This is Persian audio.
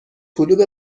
کلوب